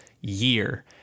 year